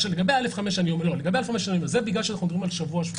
לגבי א5, זה בגלל שאנחנו מדברים על שבוע-שבועיים.